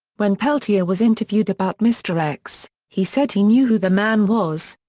when peltier was interviewed about mr x, he said he knew who the man was.